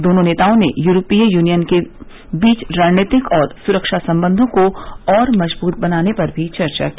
दोनों नेताओं ने यूरोपीय यूनियन के बीच रणनीतिक और सुरक्षा सम्बंधों को और मजबूत करने पर भी चर्चा की